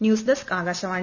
news desk Akashvani